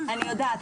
אני יודעת.